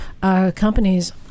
companies